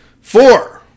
Four